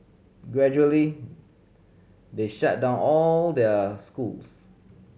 gradually they shut down all their schools